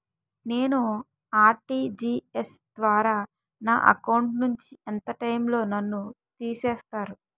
నేను ఆ.ర్టి.జి.ఎస్ ద్వారా నా అకౌంట్ నుంచి ఎంత టైం లో నన్ను తిసేస్తారు?